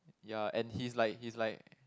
ya and he's like he's like